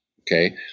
Okay